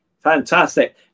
Fantastic